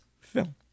film